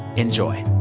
enjoy